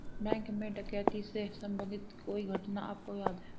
Bank में डकैती से संबंधित कोई घटना आपको याद है?